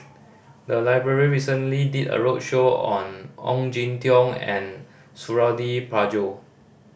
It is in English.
the library recently did a roadshow on Ong Jin Teong and Suradi Parjo